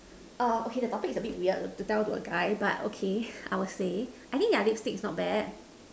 err okay the topic is a bit weird to tell to a guy but okay I will say I think their lipstick is not bad